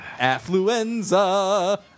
Affluenza